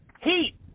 heat